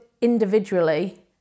individually